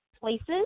places